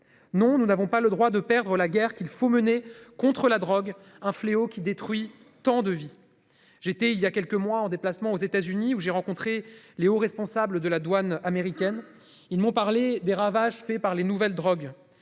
Non, nous n'avons pas le droit de perdre la guerre qu'il faut mener contre la drogue. Un fléau qui détruit tant de vies. J'étais il y a quelques mois en déplacement aux États-Unis où j'ai rencontré Léo, responsable de la douane américaine. Ils m'ont parlé des ravages. C'est par les nouvelles drogues